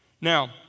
Now